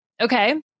Okay